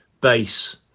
base